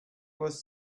was